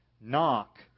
Knock